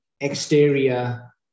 exterior